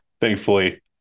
thankfully